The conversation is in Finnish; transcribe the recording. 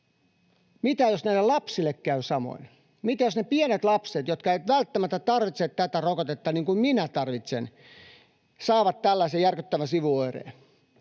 mitä jos näille lapsille käy samoin: mitä jos ne pienet lapset, jotka eivät välttämättä tarvitse tätä rokotetta, niin kuin minä tarvitsen, saavat tällaisen järkyttävän sivuoireen?